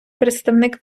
представник